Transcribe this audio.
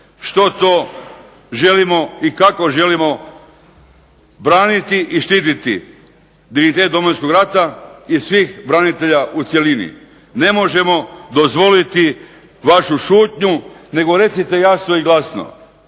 što to želimo i kako želimo braniti i štititi dignitet Domovinskog rata i svih branitelja u cjelini. Ne možemo dozvoliti vašu šutnju nego recite glasno i jasno